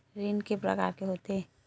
ऋण के प्रकार के होथे?